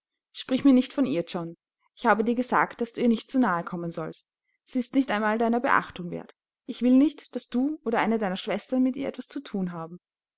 sprich mir nicht von ihr john ich habe dir gesagt daß du ihr nicht zu nahe kommen sollst sie ist nicht einmal deiner beachtung wert ich will nicht daß du oder eine deiner schwestern mit ihr etwas zu thun haben